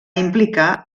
implicar